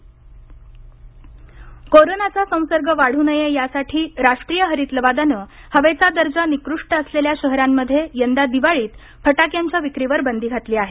फटाक्यांवर बंदी कोरोनाचा संसर्ग वाढू नये यासाठी राष्ट्रीय हरित लवादानं हवेचा दर्जा निकृष्ट असलेल्या शहरांमध्ये यंदा दिवाळीत फटाक्यांच्या विक्रीवर बंदी घातली आहे